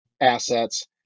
assets